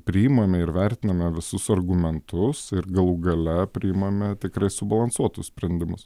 priimame ir vertiname visus argumentus ir galų gale priimame tikrai subalansuotus sprendimus